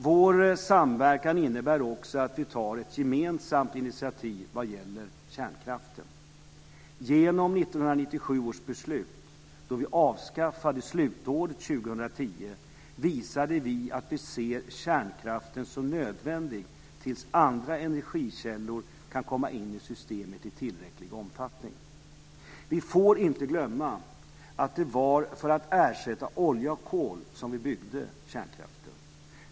Vår samverkan innebär också att vi tar ett gemensamt initiativ vad gäller kärnkraften. 2010, visade vi att vi ser kärnkraften som nödvändig tills andra energikällor kan komma in i systemet i tillräcklig omfattning. Vi får inte glömma att det var för att ersätta olja och kol som vi byggde kärnkraften.